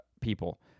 people